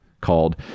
Called